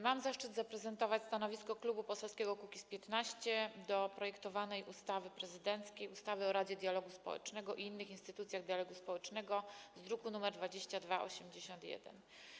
Mam zaszczyt zaprezentować stanowisko Klubu Poselskiego Kukiz’15 odnośnie do projektowanej ustawy prezydenckiej, ustawy o Radzie Dialogu Społecznego i innych instytucjach dialogu społecznego z druku nr 2281.